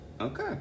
Okay